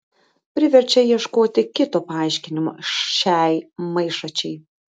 priverčia ieškoti kito paaiškinimo šiai maišačiai